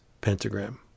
pentagram